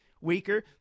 weaker